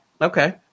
Okay